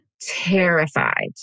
Terrified